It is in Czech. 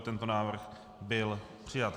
Tento návrh byl přijat.